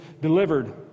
delivered